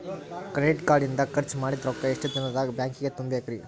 Credit card ಇಂದ್ ಖರ್ಚ್ ಮಾಡಿದ್ ರೊಕ್ಕಾ ಎಷ್ಟ ದಿನದಾಗ್ ಬ್ಯಾಂಕಿಗೆ ತುಂಬೇಕ್ರಿ?